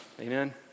amen